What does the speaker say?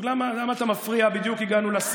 מה שאתם רוצים, מה שאתם רוצים, איזה דיבורים אלו?